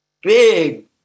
Big